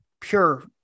pure